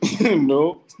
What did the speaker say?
No